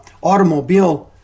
automobile